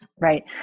Right